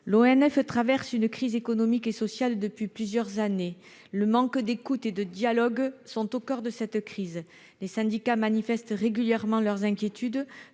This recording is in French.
L'ONF traverse une crise économique et sociale depuis plusieurs années. Le manque d'écoute et de dialogue est au coeur de cette crise. Les syndicats manifestent régulièrement leurs inquiétudes